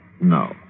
No